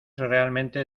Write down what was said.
realmente